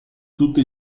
tutti